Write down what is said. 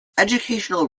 educational